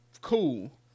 cool